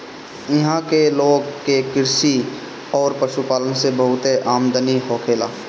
इहां के लोग के कृषि अउरी पशुपालन से बहुते आमदनी होखेला